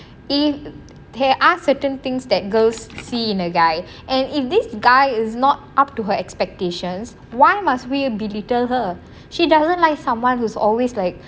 he there are certain things that girls see in a guy and if this guy is not up to her expectations why must we belittle her she doesn't like someone who's always like